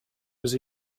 was